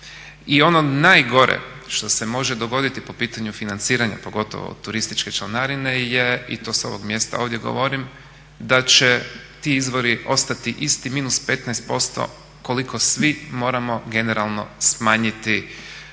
i ono najgore što se može dogoditi po pitanju financiranja, pogotovo turističke članarine je i to s ovog mjesta ovdje govorim, da će ti izvori ostati isti -15% koliko svi moramo generalno smanjiti